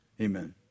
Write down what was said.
Amen